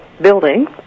building